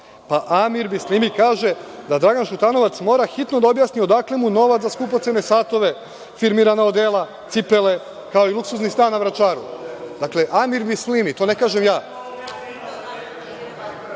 Amir Bislimi kaže da Dragan Šutanovac mora hitno da objasni odakle mu novac za skupocene satove, firmirana odela, cipele, kao i luksuzni stan na Vračaru. Dakle, Amir Bislimi, to ne kažem